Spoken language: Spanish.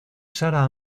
sarah